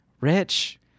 Rich